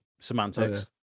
semantics